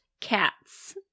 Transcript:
Cats